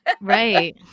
Right